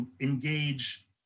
engage